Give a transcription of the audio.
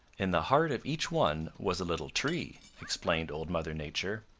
in the heart of each one was a little tree, explained old mother nature.